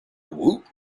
woot